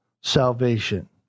salvation